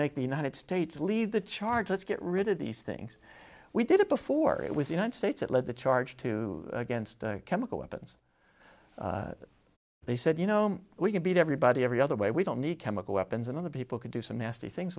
make the united states lead the charge let's get rid of these things we did it before it was the united states that led the charge to against chemical weapons they said you know we can beat everybody every other way we don't need chemical weapons and other people could do some nasty things